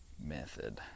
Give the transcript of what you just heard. method